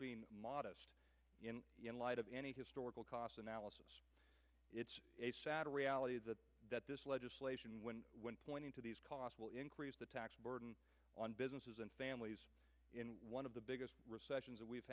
being modest in light of any historical cost analysis it's a sad reality that this legislation when pointing to these costs will increase the tax burden on businesses and families in one of the biggest recessions we've